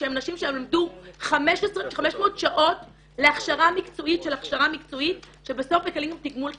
שהם אנשים שלמדו 500 שעות להכשרה מקצועית שבסוף מקבלים גם תגמול כספי.